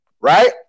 right